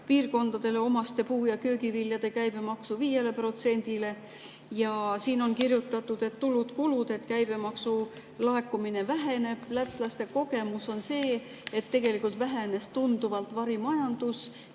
piirkondadele omaste puu- ja köögiviljade käibemaksu 5%‑le? Siin on kirjutatud tulude-kulude kohta, et käibemaksu laekumine väheneb. Lätlaste kogemus on see, et tegelikult vähenes tunduvalt varimajandus